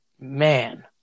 man